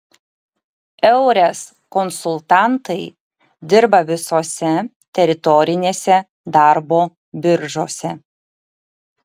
eures konsultantai dirba visose teritorinėse darbo biržose